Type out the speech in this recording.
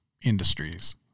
industries